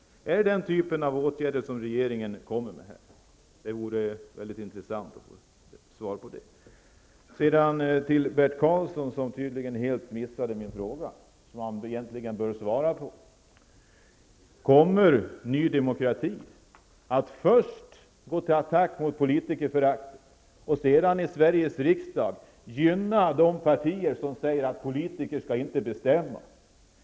Är det den typen av åtgärder som regeringen föreslår här? Det vore väldigt intressant att få ett svar också på den frågan. Bert Karlsson missade tydligen helt min fråga, som han egentligen bör svara på. Kommer alltså ny demokrati att först gå till attack mot politikerföraktet för att sedan i Sveriges riksdag gynna de partier som säger att politiker inte skall bestämma?